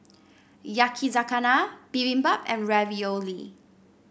Yakizakana Bibimbap and Ravioli